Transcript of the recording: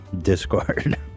Discord